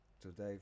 today